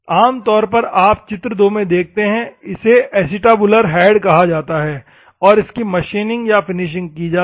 आम तौर पर आप चित्र 2 में देखते हैं इसे एसिटाबुलर हेड कहा जाता है और इसकी मशीनिंग या फिनिशिंग की जाती है